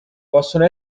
possono